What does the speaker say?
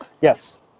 Yes